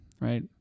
right